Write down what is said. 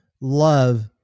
love